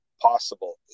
possible